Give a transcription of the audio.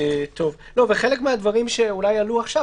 חלק מהדברים שאולי יעלו עכשיו,